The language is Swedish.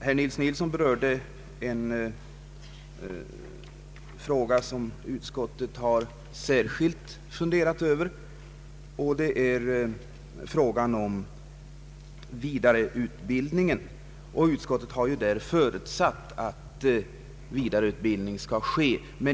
Herr Nils Nilsson berörde en fråga som utskottet särskilt har funderat över, nämligen vidareutbildningen. Utskottet har ju förutsatt att vidareutbildning skall ske.